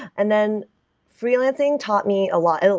and then freelancing taught me a lot.